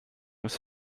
ist